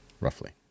roughly